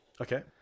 okay